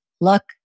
Look